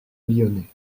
lyonnais